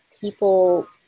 people